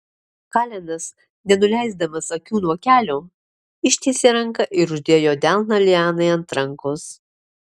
kalenas nenuleisdamas akių nuo kelio ištiesė ranką ir uždėjo delną lianai ant rankos